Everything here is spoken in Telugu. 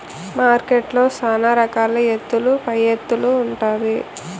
మార్కెట్లో సాన రకాల ఎత్తుల పైఎత్తులు ఉంటాది